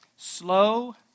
Slow